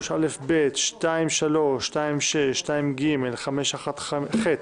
3(א)(ב), 2(3), 2(6), 2(ג), 5(1)(ח),